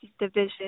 Division